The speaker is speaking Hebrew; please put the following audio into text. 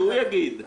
שהוא יגיד.